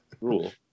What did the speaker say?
rule